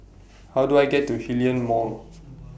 How Do I get to Hillion Mall